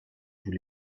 vous